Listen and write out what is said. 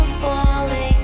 falling